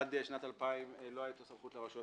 עד שנת 2000 לא היתה סמכות לרשויות